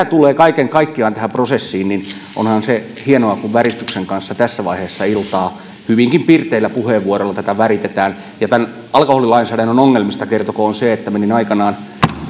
tulee kaiken kaikkiaan tähän prosessiin niin onhan se hienoa kun väristyksen kanssa tässä vaiheessa iltaa hyvinkin pirteillä puheenvuoroilla tätä väritetään tämän alkoholilainsäädännön ongelmista kertokoon se että menin aikanaan